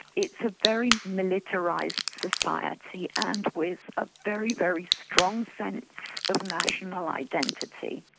it's a very militarised society, and with a very, very strong sense of national identity,